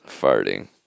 farting